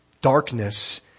Darkness